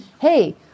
hey